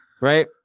right